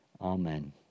Amen